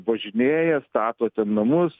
važinėja stato ten namus